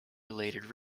related